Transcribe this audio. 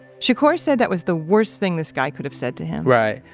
shakur said that was the worst thing this guy could have said to him right.